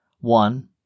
One